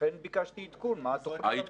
לכן ביקשתי עדכון מה התוכנית, ולמה.